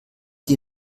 die